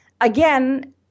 Again